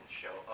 show